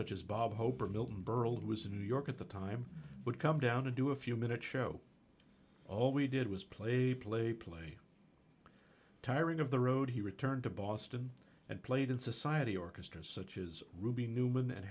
such as bob hope or milton berle who was in new york at the time would come down to do a few minute show all we did was play play play tiring of the road he returned to boston and played in society orchestras such as ruby newman